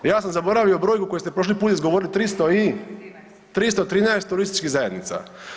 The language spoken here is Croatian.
Ja sam zaboravio brojku koju ste prošli put izgovorili 300 i [[Upadica iz klupe: 13]] 313 turističkih zajednica.